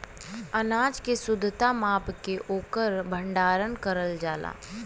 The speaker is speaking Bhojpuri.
अनाज के शुद्धता माप के ओकर भण्डारन करल जाला